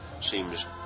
seems